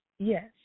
Yes